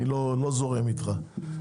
אני לא כל כך זורם איתך --- אתה